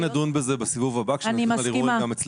נדון בזה בסיבוב הבא כשאנחנו נוכל לראות גם אצלנו.